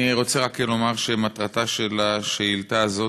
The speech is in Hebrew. אני רוצה רק לומר שמטרתה של השאילתה הזאת